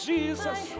Jesus